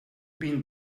been